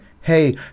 hey